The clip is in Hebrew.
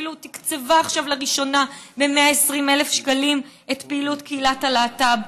אפילו תקצבה עכשיו לראשונה ב-120,000 שקלים את פעילות קהילת הלהט"ב.